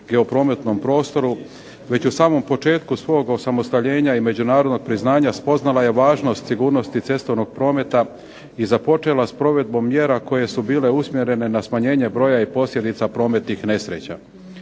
geoprometnom prostoru. Već u samom početku svog osamostaljenja i međunarodnog priznanja spoznala je važnost sigurnosti cestovnog prometa i započela s provedbom mjera koje su bile usmjerene na smanjenje broja i posljedica prometnih nesreća.